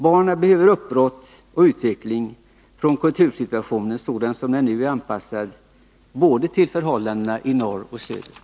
Barnen behöver uppbrott och utveckling från kultursituationen sådan som den nu är anpassad till förhållandena både i norr och i söder.